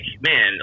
man